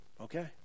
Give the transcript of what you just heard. okay